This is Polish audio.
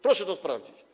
Proszę to sprawdzić.